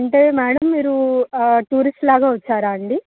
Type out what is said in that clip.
అంటే మ్యాడమ్ మీరు టూరిస్ట్లాగా వచ్చారా అండి